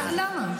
למה?